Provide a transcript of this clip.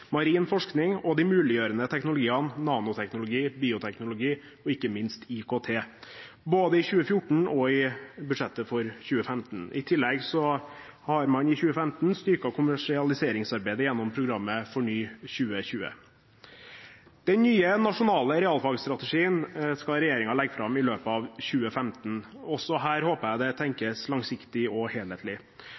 marin forskning og de muliggjørende teknologiene nanoteknologi, bioteknologi og ikke minst IKT, både i 2014 og i budsjettet for 2015. I tillegg har man i 2015 styrket kommersialiseringsarbeidet gjennom programmet FORNY2020. Den nye nasjonale realfagsstrategien skal regjeringen legge fram i løpet av 2015. Også her håper jeg det tenkes langsiktig og helhetlig.